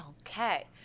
Okay